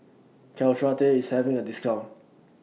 Caltrate IS having A discount